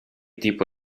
tipo